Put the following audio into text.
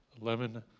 Lemon